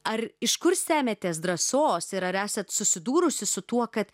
ar iš kur semiatės drąsos ir ar esat susidūrusi su tuo kad